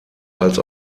als